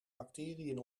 bacteriën